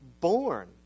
born